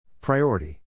Priority